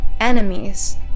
enemies